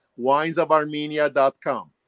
winesofarmenia.com